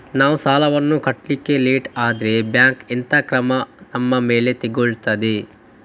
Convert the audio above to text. ನಾವು ಸಾಲ ವನ್ನು ಕಟ್ಲಿಕ್ಕೆ ಲೇಟ್ ಆದ್ರೆ ಬ್ಯಾಂಕ್ ಎಂತ ಕ್ರಮ ನಮ್ಮ ಮೇಲೆ ತೆಗೊಳ್ತಾದೆ?